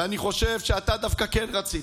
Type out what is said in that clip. ואני חושב שאתה דווקא כאן רצית,